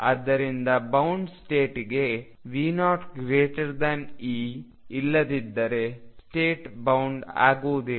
ಆದ್ದರಿಂದ ಬೌಂಡ್ ಸ್ಟೇಟ್ಗೆ V0E ಇಲ್ಲದಿದ್ದರೆ ಸ್ಟೇಟ್ ಬೌಂಡ್ ಆಗುವುದಿಲ್ಲ